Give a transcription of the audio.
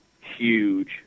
huge